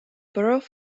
borough